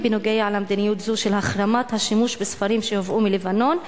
בנוגע למדיניות זו של החרמת השימוש בספרים שהובאו מלבנון?